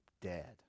dead